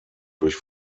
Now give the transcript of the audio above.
durch